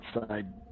outside